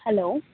hello